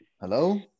Hello